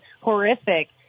horrific